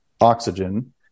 oxygen